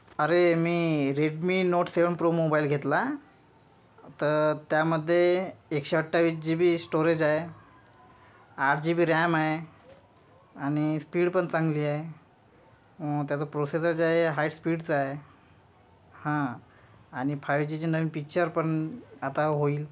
अरे मी Redmi Note seven pro mobile घेतला तर त्यामध्ये एकशे अठ्ठावीस जी बी स्टोरेज आहे आठ जी बी रॅम आहे आणि स्पीड पण चांगली आहे त्याचं प्रोसेसर जे आहे हाय स्पीडचं आहे हां आणि फायू जीचे नवीन पिक्चर पण आता होईल